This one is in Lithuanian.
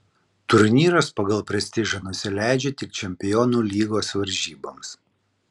turnyras pagal prestižą nusileidžia tik čempionų lygos varžyboms